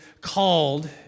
called